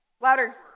Louder